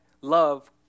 love